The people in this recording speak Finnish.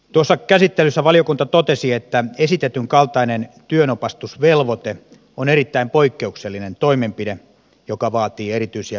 tuossa käsittelyssä valiokunta totesi että esitetyn kaltainen työnopastusvelvoite on erittäin poikkeuksellinen toimenpide joka vaatii erityisiä perusteita